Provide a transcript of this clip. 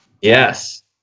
Yes